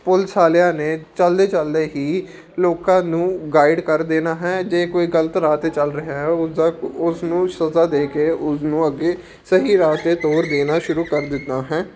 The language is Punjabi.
ਪੁਲਿਸ ਵਾਲਿਆਂ ਨੇ ਚੱਲਦੇ ਚੱਲਦੇ ਹੀ ਲੋਕਾਂ ਨੂੰ ਗਾਈਡ ਕਰ ਦੇਣਾ ਹੈ ਜੇ ਕੋਈ ਗਲਤ ਰਾਹ 'ਤੇ ਚੱਲ ਰਿਹਾ ਹੈ ਉਸ ਦਾ ਉਸ ਨੂੰ ਸਜ਼ਾ ਦੇ ਕੇ ਉਸ ਨੂੰ ਅੱਗੇ ਸਹੀ ਰਾਹ 'ਤੇ ਤੌਰ ਦੇਣਾ ਸ਼ੁਰੂ ਕਰ ਦੇਣਾ ਹੈ